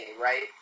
right